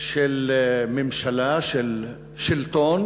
של ממשלה, של שלטון